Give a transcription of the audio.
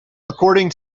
according